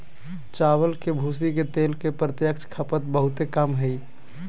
चावल के भूसी के तेल के प्रत्यक्ष खपत बहुते कम हइ